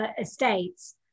estates